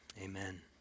Amen